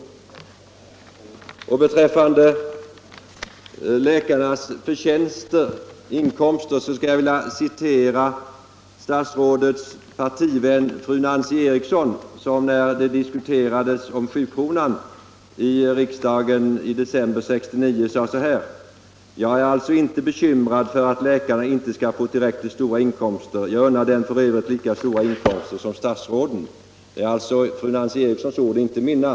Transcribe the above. Torsdagen den Vad beträffar läkarnas inkomster skulle jag vilja citera statsrådets par 15 maj 1975 tivän fru Nancy Eriksson, som i debatten i riksdagen om den s.k. sju = kronan i december 1969 sade: ”Jag är alltså inte bekymrad för att läkare Om åtgärder mot inte skall få tillräckligt stora inkomster. Jag unnar dem f. ö. lika stora — minskad inkomster som statsråden.” — Detta är alltså fru Nancy Erikssons ord = läkarvårdskapacitet och inte mina.